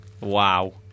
Wow